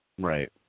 Right